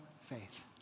faith